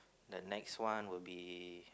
the next one will be